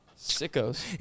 Sickos